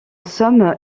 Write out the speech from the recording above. somme